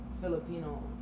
Filipino